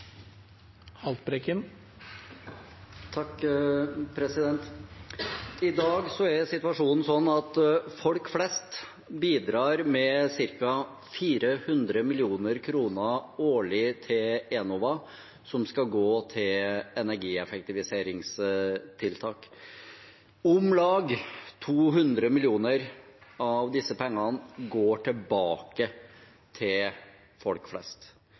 situasjonen sånn at folk flest bidrar med ca. 400 mill. kr årlig til Enova, som skal gå til energieffektiviseringstiltak. Om lag 200 mill. kr av disse pengene går tilbake til folk flest.